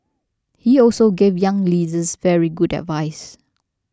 he also gave younger leaders very good advice